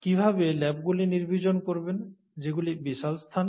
কীভাবে ল্যাবগুলি নির্বীজন করবেন যেগুলি বিশাল স্থান